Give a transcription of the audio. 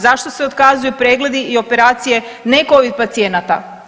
Zašto se otkazuju pregledi i operacije ne Covid pacijenata?